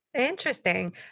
Interesting